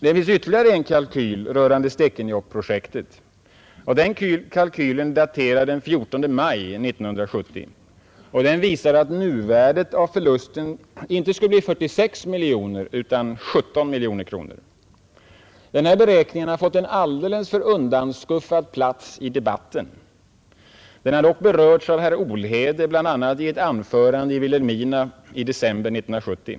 Det finns ytterligare en kalkyl rörande Stekenjokkprojektet. Den kalkylen är daterad den 14 maj 1970 och visar att nuvärdet av förlusten skulle bli inte 46 miljoner kronor utan 17 miljoner kronor. Denna beräkning har fått en alltför undanskuffad plats i debatten. Den har dock berörts av herr Olhede, bl.a. i ett anförande i Vilhelmina i december 1970.